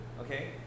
okay